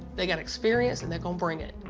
they got experience, and they're gonna bring it.